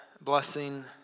blessing